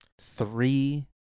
three